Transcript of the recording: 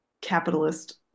capitalist